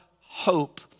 hope